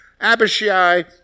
Abishai